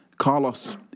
Carlos